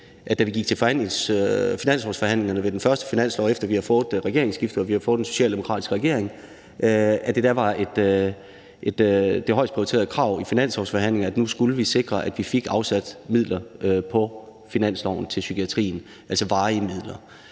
at da vi gik til finanslovsforhandlingerne om den første finanslov, efter vi havde fået regeringsskifte og vi havde fået den socialdemokratiske regering, var det det højest prioriterede krav ved de finanslovsforhandlinger, at vi skulle sikre, at vi fik afsat midler på finansloven til psykiatrien, altså varige midler.